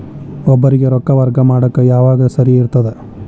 ಒಬ್ಬರಿಗ ರೊಕ್ಕ ವರ್ಗಾ ಮಾಡಾಕ್ ಯಾವಾಗ ಸರಿ ಇರ್ತದ್?